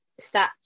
stats